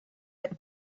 with